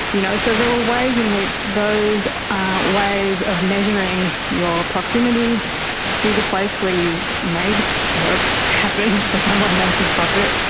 you know so there were ways in which those ways of measuring your proximity to the place where you made work happen for someone else's profit,